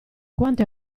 quanto